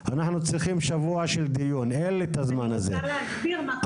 טוב, אני רוצה להודות לך.